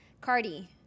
Cardi